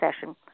session